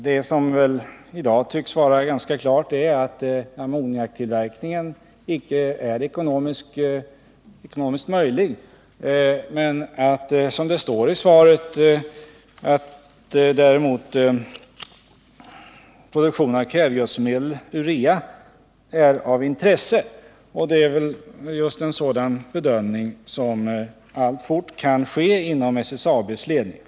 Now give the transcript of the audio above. Det som i dag tycks vara ganska klart är att ammoniaktillverkningen icke är ekonomiskt möjlig men att, som det står i svaret, produktionen av kvävegödselmedlet urea är av intresse. Det är just en sådan bedömning som alltfort kan ske inom SSAB:s ledning.